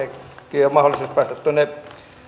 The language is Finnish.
on mahdollisuus päästä tuonne